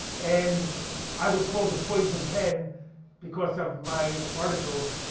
and i was called the poison pen because of my articles.